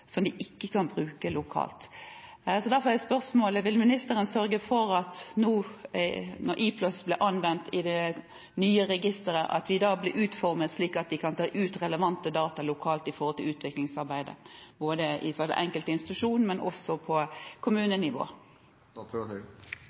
som vi ikke kan bruke lokalt. Derfor er spørsmålet: Vil ministeren sørge for, når IPLOS nå blir anvendt i det nye registeret, at det blir utformet slik at man kan ta ut relevante data lokalt når det gjelder utviklingsarbeidet, både på den enkelte institusjon og på kommunenivå?